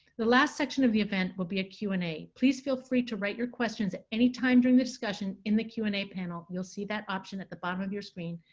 the last section of the event will be a q and a. please feel free to write your questions at any time during the discussion in the q and a panel. you'll see that option at the bottom of your screen.